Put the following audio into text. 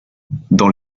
dans